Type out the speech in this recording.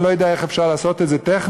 אני לא יודע איך אפשר לעשות את זה טכנית,